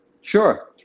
Sure